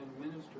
minister